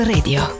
Radio